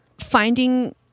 finding